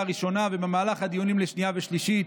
ראשונה ובמהלך הדיונים לשנייה ושלישית.